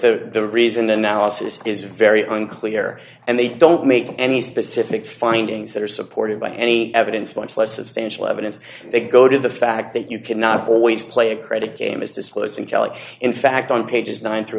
the reason analysis is very unclear and they don't make any specific findings that are supported by any evidence much less substantial evidence they go to the fact that you cannot always play a credit game is disclosed in kalak in fact on pages nine through